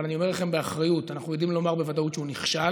אבל אני אומר לכם באחריות: אנחנו יודעים לומר בוודאות שהוא נכשל.